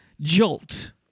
jolt